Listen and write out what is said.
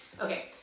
Okay